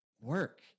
work